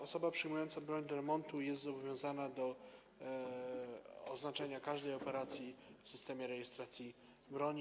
Osoba przyjmująca broń do remontu jest zobowiązana do oznaczenia każdej operacji w Systemie Rejestracji Broni.